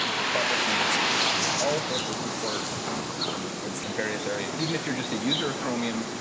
the project needs all sorts of support in in various areas. even if you're just a user of chromium,